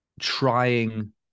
trying